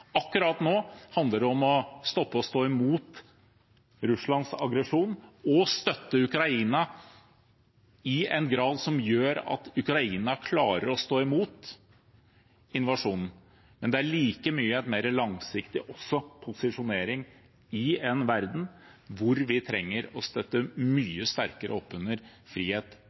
Akkurat nå handler det om å stoppe og stå imot Russlands aggresjon og å støtte Ukraina i en grad som gjør at Ukraina klarer å stå imot invasjonen. Men det er like mye en langsiktig posisjonering i en verden hvor vi trenger å støtte mye sterkere opp under frihet